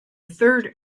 third